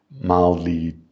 mildly